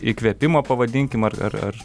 įkvėpimo pavadinkim ar ar ar